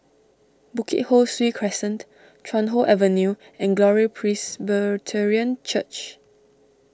Bukit Ho Swee Crescent Chuan Hoe Avenue and Glory Presbyterian Church